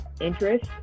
interest